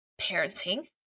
parenting